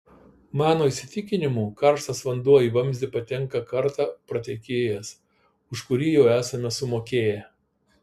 mano įsitikinimu karštas vanduo į šį vamzdį patenka kartą pratekėjęs už kurį jau esame sumokėję